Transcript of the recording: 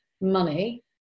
money